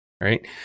right